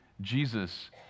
Jesus